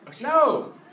No